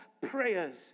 prayers